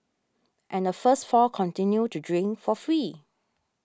and the first four continued to drink for free